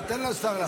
תן לשר.